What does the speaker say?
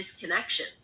disconnection